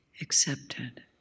accepted